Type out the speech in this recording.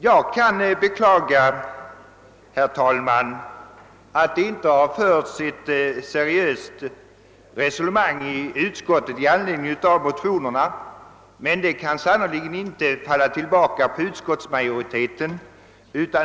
Jag beklagar, herr talman, att det inte har förts ett seriöst resonemang i utskottet med anledning av motionerna, men det kan sannerligen inte falla tillbaka på utskottsmajoriteten.